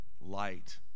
light